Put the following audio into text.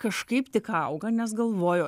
kažkaip tik auga nes galvoju